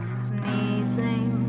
sneezing